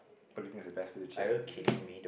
where do you think is the best place to chillax in N_T_U